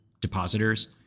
depositors